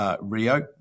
Rio